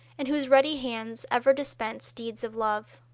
and whose ready hands ever dispensed deeds of love.